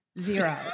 zero